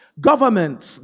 Governments